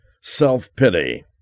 self-pity